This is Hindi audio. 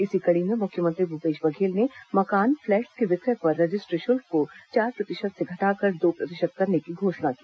इसी कड़ी में मुख्यमंत्री भूपेश बघेल ने मकान फ्लैट्स के विक्रय पर रजिस्ट्री शुल्क को चार प्रतिशत से घटाकर दो प्रतिशत करने की घोषणा की